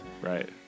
Right